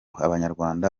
abanyarwanda